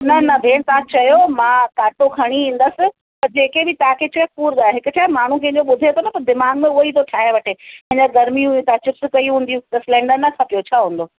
न न भेण तव्हां चयो मां कांटो खणी ईंदसि ऐं जेके बि तव्हांखे चयो कूड़ु आहे हिकु छा आहे माण्हू कंहिंजो ॿुधे थो न त दिमाग़ में उहो ई थो ठाहे वठे अञा गर्मियूं हुयूं तव्हां चिप्स कई हूंदियूं त सिलेंडर न खपियो छा हूंदो